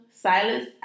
Silas